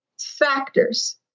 factors